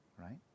right